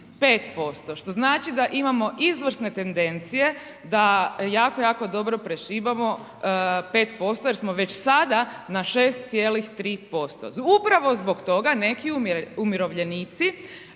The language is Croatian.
5%, što znači da imamo izvrsne tendencije da jako, jako dobro prešibamo 5% jer smo već sada na 6,3%. Upravo zbog toga neki umirovljenici